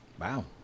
Wow